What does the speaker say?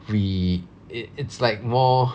we it it's like more